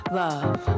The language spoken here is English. love